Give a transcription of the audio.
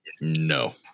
No